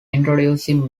introducing